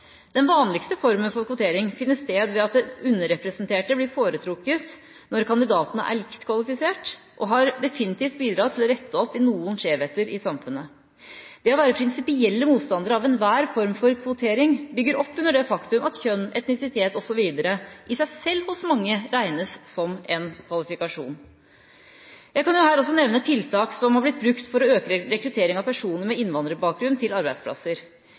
Den vanligste formen for kvotering finner sted ved at den underrepresenterte blir foretrukket når kandidatene er likt kvalifisert – og dette har definitivt bidratt til å rette opp i noen skjevheter i samfunnet. Det å være prinsipielt motstander av enhver form for kvotering, bygger opp under det faktum at kjønn, etnisitet osv. i seg selv hos mange regnes som en kvalifikasjon. Jeg kan her nevne tiltak som har blitt brukt for å øke rekrutteringen av personer med innvandrerbakgrunn til arbeidsplasser.